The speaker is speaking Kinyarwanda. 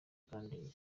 kandi